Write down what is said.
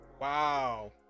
Wow